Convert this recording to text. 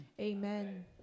amen